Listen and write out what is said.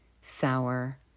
sour